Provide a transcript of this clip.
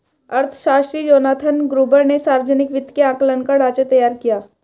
अर्थशास्त्री Jonathan Gruber ने सावर्जनिक वित्त के आंकलन का ढाँचा तैयार किया है